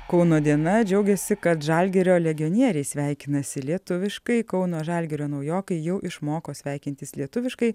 kauno diena džiaugiasi kad žalgirio legionieriai sveikinasi lietuviškai kauno žalgirio naujokai jau išmoko sveikintis lietuviškai